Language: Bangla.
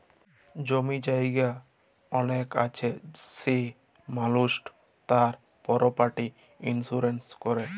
জমি জায়গা অলেক আছে সে মালুসট তার পরপার্টি ইলসুরেলস ক্যরে